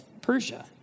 Persia